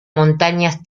montañas